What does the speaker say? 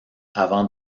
avant